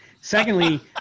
Secondly